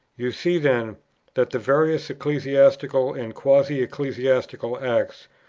you see then that the various ecclesiastical and quasi-ecclesiastical acts,